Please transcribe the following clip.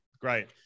great